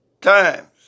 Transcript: times